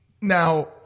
now